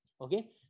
okay